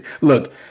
look